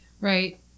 right